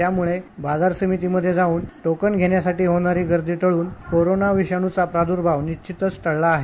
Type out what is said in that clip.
त्यामुळे बाजार समितीमध्ये जाऊन टोकण घेण्यासाठी होणारी गर्दी टळून कोरोना विषाणूचा प्रादर्भाव निश्चितच टळला आहे